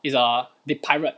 is err they pirate